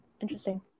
Interesting